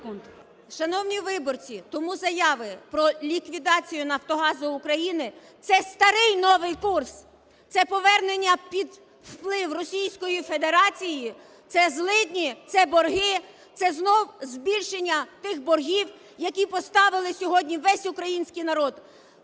Шановні виборці! Тому заяви про ліквідацію "Нафтогазу України" – це старий-новий курс. Це повернення під вплив Російської Федерації. Це злидні, це борги, це знов збільшення тих боргів, які поставили сьогодні весь український народ